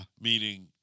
Meaning